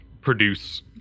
produce